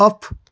of